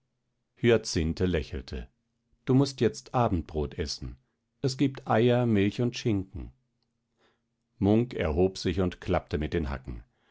hyacinthe lächelte du mußt jetzt abendbrot essen es gibt eier milch und schinken munk erhob sich und klappte mit den hacken